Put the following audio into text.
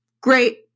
Great